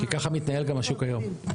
כי ככה מתנהל גם השוק היום.